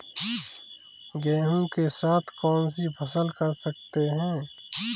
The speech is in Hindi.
गेहूँ के साथ कौनसी फसल कर सकते हैं?